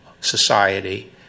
society